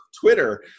Twitter